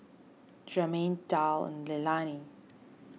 Jermain Darl and Leilani